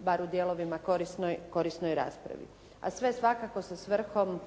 bar u dijelovima korisnoj raspravi. A sve svakako sa svrhom